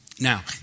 Now